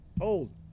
Old